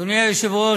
אדוני היושב-ראש,